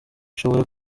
ushobora